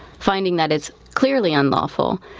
finding that it's clearly unlawful.